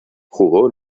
jugó